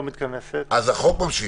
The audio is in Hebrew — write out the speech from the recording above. אז החוק ממשיך,